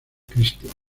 christian